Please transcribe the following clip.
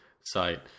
site